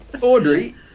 Audrey